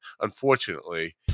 Unfortunately